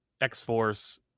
x-force